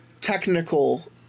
technical